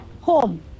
home